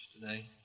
today